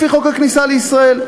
לפי חוק הכניסה לישראל.